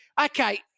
Okay